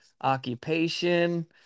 occupation